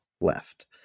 left